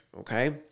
okay